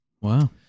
Wow